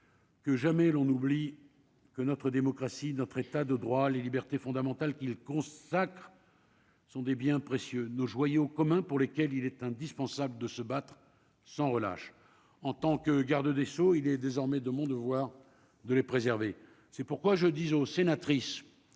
Que jamais l'on oublie que notre démocratie, notre état de droit, les libertés fondamentales qu'ils consacrent. Ce sont des biens précieux nos joyau commun pour lesquels il est indispensable de se battre sans relâche en tant que garde des Sceaux, il est désormais de mon devoir de les préserver, c'est pourquoi je dis aux sénatrices